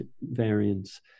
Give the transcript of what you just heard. variants